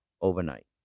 overnight